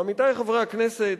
עמיתי חברי הכנסת,